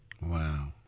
Wow